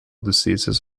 diseases